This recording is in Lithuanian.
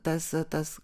tas tas